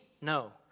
no